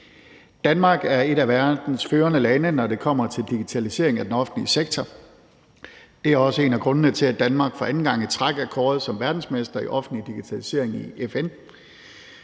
Danmark er et af verdens førende lande, når det kommer til digitalisering af den offentlige sektor. Det er også en af grundene til, at Danmark for anden gang i træk er kåret som verdensmester i offentlig digitalisering i FN.